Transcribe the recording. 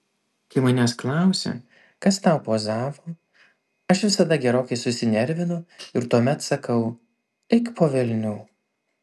kai manęs klausia kas tau pozavo aš visada gerokai susinervinu ir tuomet sakau eik po velnių